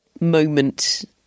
moment